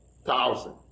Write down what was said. thousand